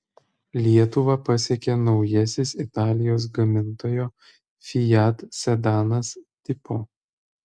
lietuvą pasiekė naujasis italijos gamintojo fiat sedanas tipo